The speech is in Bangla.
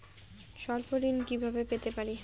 স্বল্প ঋণ কিভাবে পেতে পারি?